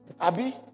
Abby